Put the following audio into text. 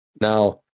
Now